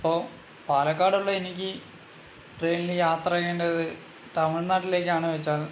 ഇപ്പോൾ പാലക്കാടുള്ള എനിക്ക് ട്രെയിനിൽ യാത്ര ചെയ്യേണ്ടത് തമിഴ്നാട്ടിലേക്കാണ് എന്ന് വെച്ചാൽ